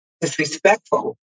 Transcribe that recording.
disrespectful